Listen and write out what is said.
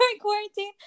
quarantine